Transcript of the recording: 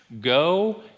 Go